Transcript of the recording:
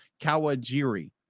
Kawajiri